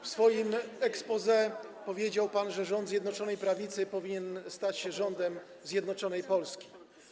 W swoim exposé powiedział pan, że rząd Zjednoczonej Prawicy powinien stać się rządem zjednoczonej Polski.